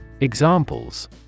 Examples